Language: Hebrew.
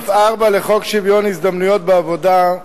סעיף 4 לחוק שוויון ההזדמנויות בעבודה,